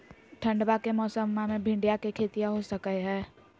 ठंडबा के मौसमा मे भिंडया के खेतीया हो सकये है?